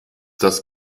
das